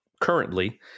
currently